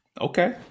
Okay